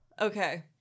Okay